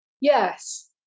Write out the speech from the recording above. Yes